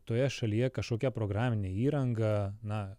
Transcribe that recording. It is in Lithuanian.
toje šalyje kažkokia programinė įranga na